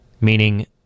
meaning